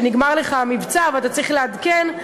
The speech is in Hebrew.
שנגמר לך המבצע ואתה צריך לעדכן,